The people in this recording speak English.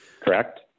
Correct